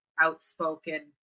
outspoken